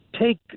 take